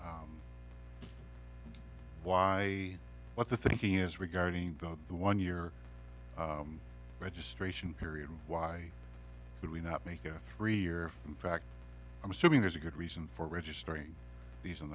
why what the thinking is regarding the one year registration period why would we not make it a three year in fact i'm assuming there's a good reason for registering these in